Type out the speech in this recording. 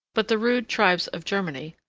but the rude tribes of germany,